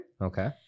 Okay